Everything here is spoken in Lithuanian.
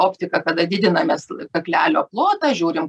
optika kada didinamės kaklelio plotą žiūrim